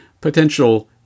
potential